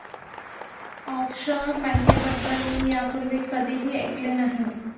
offshore बँकेबद्दल मी यापूर्वी कधीही ऐकले नाही